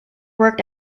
worked